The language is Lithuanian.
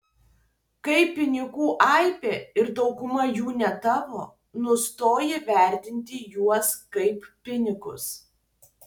kai pinigų aibė ir dauguma jų ne tavo nustoji vertinti juos kaip pinigus